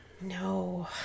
No